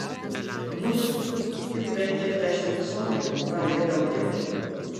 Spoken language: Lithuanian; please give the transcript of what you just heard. bus kokių penkiasdešimt colių o gal ir daugiau